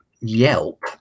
yelp